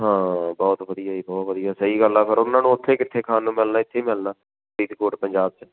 ਹਾਂ ਬਹੁਤ ਵਧੀਆ ਜੀ ਬਹੁਤ ਵਧੀਆ ਸਹੀ ਗੱਲ ਆ ਪਰ ਉਹਨਾਂ ਨੂੰ ਉੱਥੇ ਕਿੱਥੇ ਖਾਣ ਨੂੰ ਮਿਲਣਾ ਇੱਥੇ ਹੀ ਮਿਲਣਾ ਫਰੀਦਕੋਟ ਪੰਜਾਬ 'ਚ